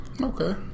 okay